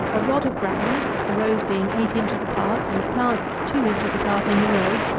a rod of ground, the rows being eight inches apart, and plants two inches apart in the row,